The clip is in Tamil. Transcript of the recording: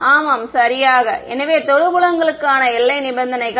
மாணவர் ஆமாம் சரியாக எனவே தொடு புலங்களுக்கான எல்லை நிபந்தனைகள்